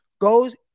goes